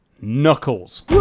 Knuckles